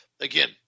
Again